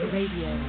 Radio